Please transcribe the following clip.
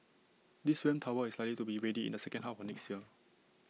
this ramp tower is likely to be ready in the second half of next year